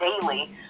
daily